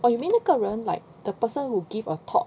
oh you mean 那个人 like the person who give a talk